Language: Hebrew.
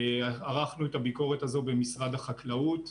ערכנו את הביקורת הזאת במשרד החקלאות,